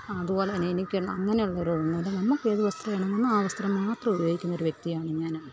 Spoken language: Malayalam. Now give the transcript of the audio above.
അതുപോലെ തന്നെ എനിക്ക് അങ്ങനെയുള്ളവരോടൊന്നും അല്ല നമുക്കേത് വസ്ത്രമിണങ്ങുന്നോ ആ വസ്ത്രം മാത്രമുപയോഗിക്കുന്നൊരു വ്യക്തിയാണ് ഞാൻ